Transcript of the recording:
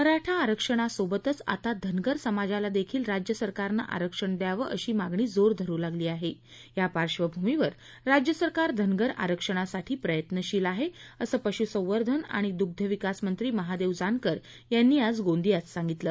मराठा आरक्षणासोबतच आता धनगर समाजाला देखील राज्य सरकारनं आरक्षण द्यावं अशी मागणी जोर धरू लागली आहे या पार्श्वभूमीवर राज्य सरकार धनगर आरक्षणासाठी प्रयत्नशील आहे असं पशु संवर्धन आणि दुग्ध विकास मंत्री महादेव जानकर यांनी गोंदियात सांगितलं